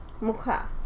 muka